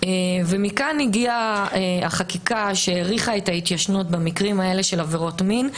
ומכאן הגיעה החקיקה שהאריכה את ההתיישנות במקרים האלה של עבירות מין,